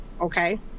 okay